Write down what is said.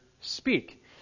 speak